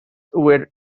were